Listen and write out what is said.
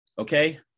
okay